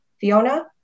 Fiona